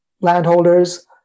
landholders